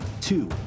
two